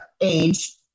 age